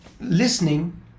listening